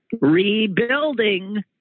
rebuilding